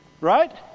Right